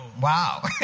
Wow